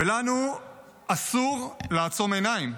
ולנו אסור לעצום עיניים,